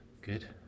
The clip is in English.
Good